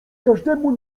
każdemu